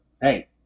Hey